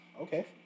Okay